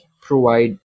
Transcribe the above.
provide